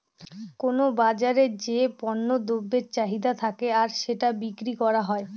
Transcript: কোনো বাজারে যে পণ্য দ্রব্যের চাহিদা থাকে আর সেটা বিক্রি করা হয়